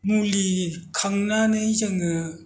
मुलि खांनानै जोङो